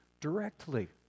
directly